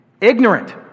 ignorant